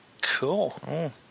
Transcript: Cool